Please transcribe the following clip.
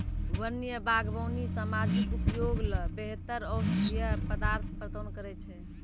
वन्य बागबानी सामाजिक उपयोग ल बेहतर औषधीय पदार्थ प्रदान करै छै